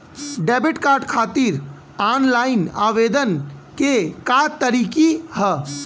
Debit card खातिर online आवेदन के का तरीकि ह?